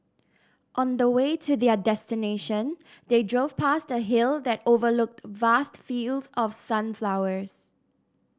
on the way to their destination they drove past a hill that overlooked vast fields of sunflowers